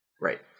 Right